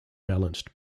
balanced